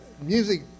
music